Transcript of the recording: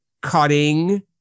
cutting